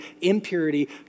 impurity